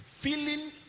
Feeling